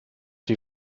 die